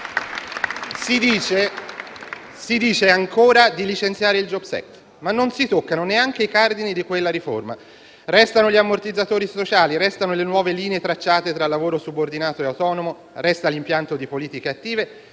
Si dice, ancora, di licenziare il *jobs act*, ma non si toccano neanche i cardini di quella riforma. Restano gli ammortizzatori sociali, restano le nuove linee tracciate tra lavoro subordinato e autonomo, resta l'impianto di politiche attive